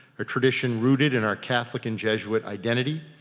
a tradition rooted in our catholic and jesuit identity,